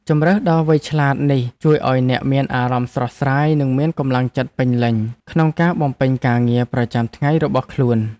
ជម្រើសដ៏វៃឆ្លាតនេះជួយឱ្យអ្នកមានអារម្មណ៍ស្រស់ស្រាយនិងមានកម្លាំងចិត្តពេញលេញក្នុងការបំពេញការងារប្រចាំថ្ងៃរបស់ខ្លួន។